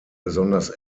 besonders